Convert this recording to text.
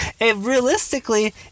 realistically